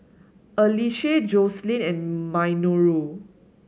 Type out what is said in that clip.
Ashleigh Joseline and Minoru